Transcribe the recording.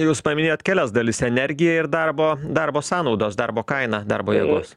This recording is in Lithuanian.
jūs paminėjot kelias dalis energiją ir darbo darbo sąnaudos darbo kaina darbo jėgos